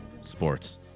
sports